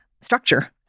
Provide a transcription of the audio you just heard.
structure